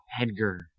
Edgar